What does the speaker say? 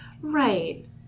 Right